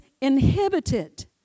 inhibited